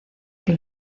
que